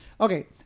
Okay